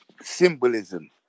symbolism